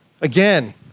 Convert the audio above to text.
again